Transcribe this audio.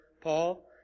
Paul